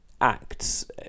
acts